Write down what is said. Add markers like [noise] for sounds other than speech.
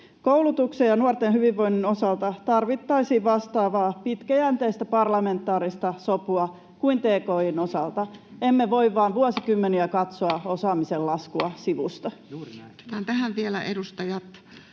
Koulutuksen ja nuorten hyvinvoinnin osalta tarvittaisiin vastaavaa pitkäjänteistä parlamentaarista sopua kuin tki:n osalta. [noise] Emme voi vuosikymmeniä vain katsoa osaamisen laskua sivusta. [Speech